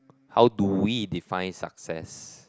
how do we define success